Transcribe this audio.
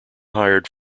hired